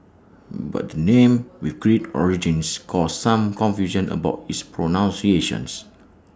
but the name with Greek origins caused some confusion about its pronunciation